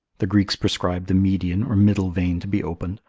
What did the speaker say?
the greeks prescribe the median or middle vein to be opened,